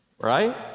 right